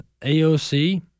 AOC